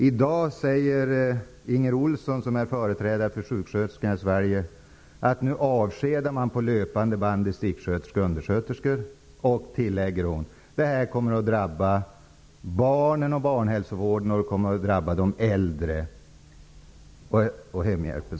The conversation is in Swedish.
I dag säger Inger Ohlsson, som är företrädare för sjuksköterskorna i Sverige, att man nu avskedar distriktssköterskor och undersköterskor på löpande band. Hon tillägger att det kommer att drabba barnen, barnhälsovården, de äldre och hemhjälpen.